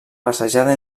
passejada